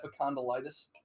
epicondylitis